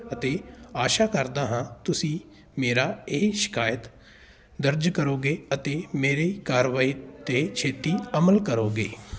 ਅਤੇ ਆਸ਼ਾ ਕਰਦਾ ਹਾਂ ਤੁਸੀਂ ਮੇਰਾ ਇਹ ਸ਼ਿਕਾਇਤ ਦਰਜ ਕਰੋਗੇ ਅਤੇ ਮੇਰੀ ਕਾਰਵਾਈ 'ਤੇ ਛੇਤੀ ਅਮਲ ਕਰੋਗੇ